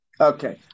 Okay